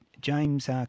James